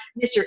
Mr